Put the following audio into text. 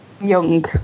young